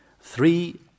three